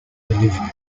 delivery